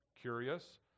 curious